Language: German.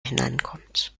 hineinkommt